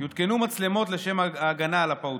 יותקנו מצלמות לשם הגנה על הפעוטות.